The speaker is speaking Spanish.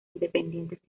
independientes